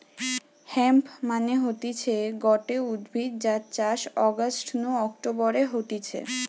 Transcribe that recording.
hemp মানে হতিছে গটে উদ্ভিদ যার চাষ অগাস্ট নু অক্টোবরে হতিছে